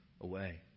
away